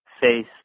Face